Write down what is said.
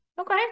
Okay